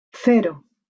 cero